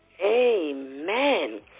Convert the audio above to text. Amen